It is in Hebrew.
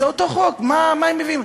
זה אותו חוק, מה הם מביאים?